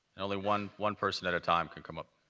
and only one one person at a time could come up.